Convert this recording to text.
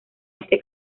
este